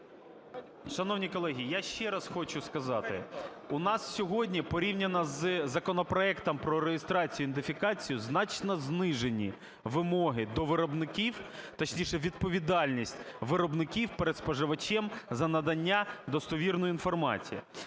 Шановні колеги, я ще раз хочу сказати. У нас сьогодні порівняно з законопроектом про реєстрацію і ідентифікацію значно знижені вимоги до виробників, точніше, відповідальність виробників перед споживачем за надання достовірної інформації.